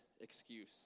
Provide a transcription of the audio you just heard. excuse